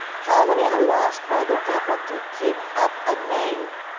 how many are lost by their effort to keep up a name.